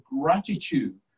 gratitude